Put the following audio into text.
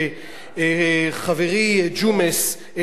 שחברי ג'ומס,